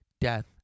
death